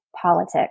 politics